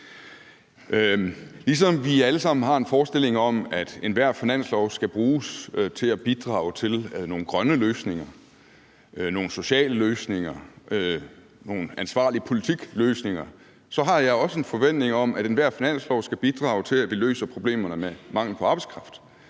Ligesom vi alle sammen har en forestilling om, at enhver finanslov skal bruges til at bidrage til nogle grønne løsninger, nogle sociale løsninger, nogle ansvarlige politikløsninger, så har jeg også en forventning om, at enhver finanslov skal bidrage til, at vi løser problemerne med mangel på arbejdskraft.